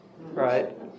Right